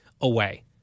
away